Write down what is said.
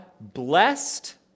blessed